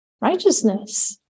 Righteousness